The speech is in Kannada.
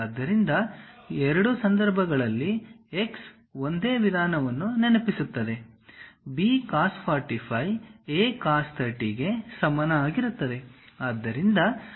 ಆದ್ದರಿಂದ ಎರಡೂ ಸಂದರ್ಭಗಳಲ್ಲಿ x ಒಂದೇ ವಿಧಾನಗಳನ್ನು ನೆನಪಿಸುತ್ತದೆ B cos 45 A cos 30 ಗೆ ಸಮಾನವಾಗಿರುತ್ತದೆ